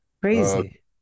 crazy